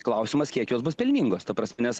klausimas kiek jos bus pelningos ta prasme nes